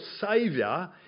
saviour